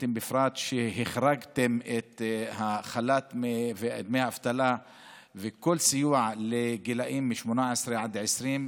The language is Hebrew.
הסטודנטים בפרט: החרגתם את החל"ת ודמי האבטלה וכל סיוע לגילאים 18 20,